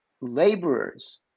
laborers